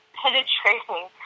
penetrating